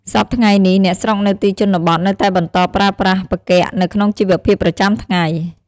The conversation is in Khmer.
សព្វថ្ងៃនេះ អ្នកស្រុកនៅទីជនបទនៅតែបន្តប្រើប្រាស់ផ្គាក់នៅក្នុងជីវភាពប្រចាំថ្ងៃ។